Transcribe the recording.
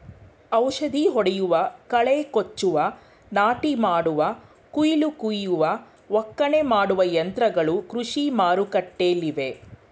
ಔಷಧಿ ಹೊಡೆಯುವ, ಕಳೆ ಕೊಚ್ಚುವ, ನಾಟಿ ಮಾಡುವ, ಕುಯಿಲು ಕುಯ್ಯುವ, ಒಕ್ಕಣೆ ಮಾಡುವ ಯಂತ್ರಗಳು ಕೃಷಿ ಮಾರುಕಟ್ಟೆಲ್ಲಿವೆ